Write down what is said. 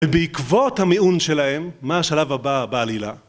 ובעקבות המיעון שלהם, מה השלב הבא בעלילה?